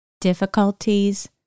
Difficulties